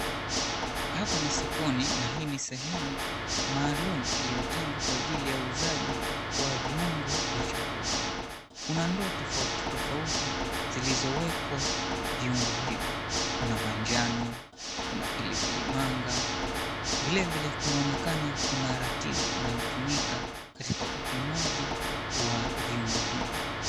Hapa ni sokoni na hii ni sehemu maalum iliyotengwa kwa ajili ya uuzaji wa viungo vya chakula. Kuna ndoo tofauti tofauti zilizowekwa viungio hivyo, kuna manjano, kuna pilipili manga. Vile vile kunaonekana kuna ratili inayotumika katika upimaji wa viungo hivi.